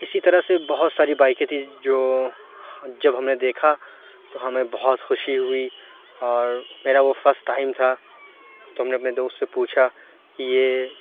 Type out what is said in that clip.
اِسی طرح سے بہت ساری بائکیں تھیں جو جب ہم نے دیکھا تو ہمیں بہت خوشی ہوئی اور میرا وہ فسٹ ٹائم تھا تو ہم نے اپنے دوست سے پوچھا کہ یہ